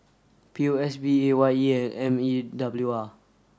P O S B A Y E and M E W R